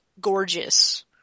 gorgeous